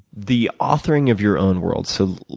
the authoring of your own world. so,